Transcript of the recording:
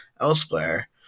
elsewhere